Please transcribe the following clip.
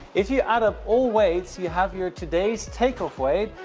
if you add up all weights, you have here today's takeoff weight.